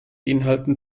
inhalten